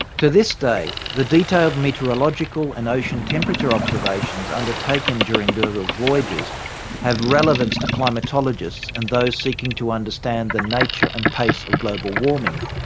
to this day the detailed meteorological and ocean temperature observations undertaken during d'urville's voyages have relevance to climatologists and those seeking to understand the nature and pace of global warming.